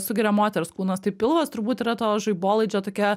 sugeria moters kūnas tai pilvas turbūt yra to žaibolaidžio tokia